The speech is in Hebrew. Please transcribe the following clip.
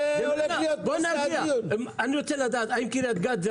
זה --- אני רוצה לדעת האם קרית גת זה